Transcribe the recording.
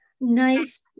nice